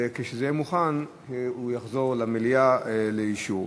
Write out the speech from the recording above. וכשהוא יהיה מוכן הוא יחזור למליאה לאישור.